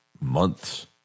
months